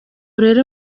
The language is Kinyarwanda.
rero